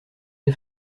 des